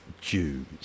Jews